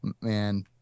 man